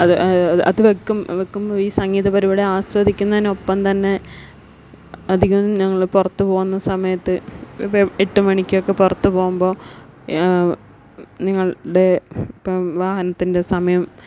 അത് അത് വയ്ക്കും വയ്ക്കുമ്പോൾ ഈ സംഗീത പരിപാടി ആസ്വദിക്കുന്നത്തിനൊപ്പം തന്നെ അധികം ഞങ്ങൾ പുറത്ത് പോവുന്ന സമയത്ത് ഒരു എട്ടു മണിക്കൊക്കെ പുറത്തു പോവുമ്പോൾ നിങ്ങളുടെ വാഹനത്തിന്റെ സമയം